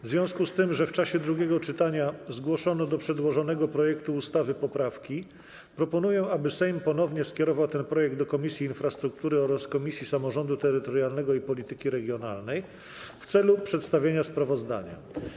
W związku z tym, że w czasie drugiego czytania zgłoszono do przedłożonego projektu ustawy poprawki, proponuję, aby Sejm ponownie skierował ten projekt do Komisji Infrastruktury oraz Komisji Samorządu Terytorialnego i Polityki Regionalnej w celu przedstawienia sprawozdania.